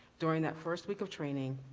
during that first week of training,